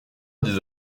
des